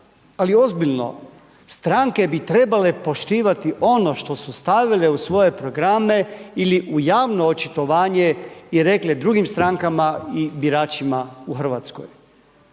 ali ozbiljno, stranke bi trebale poštivati ono što su stavile u svoje programe ili u javno očitovanje i rekle drugim strankama i biračima u RH,